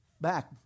back